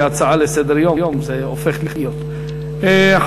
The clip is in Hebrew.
כי זה הופך להיות הצעה לסדר-יום.